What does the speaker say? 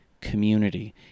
community